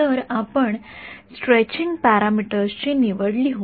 तर आपण stretching parameters ची निवड लिहू